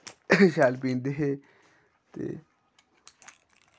शैल पींदे हे ते